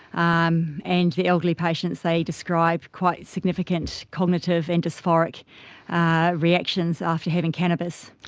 um and the elderly patients, they describe quite significant cognitive and dysphoric reactions after having cannabis.